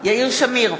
יאיר שמיר,